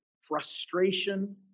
frustration